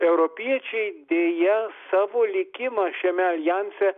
europiečiai deja savo likimą šiame aljanse